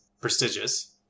prestigious